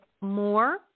more